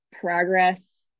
progress